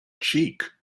cheek